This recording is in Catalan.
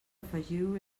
afegiu